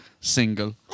single